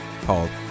called